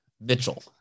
Mitchell